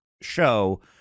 Show